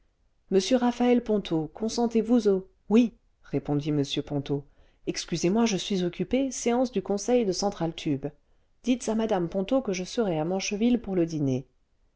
monsieur raphaël ponto consentez-vous au oui répondit m ponto excusez-moi je suis occupé séance du conseil de central tube dites à mme ponto que je serai à mancheville pour le dîner